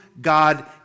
God